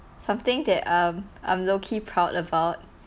something that um I'm low key proud about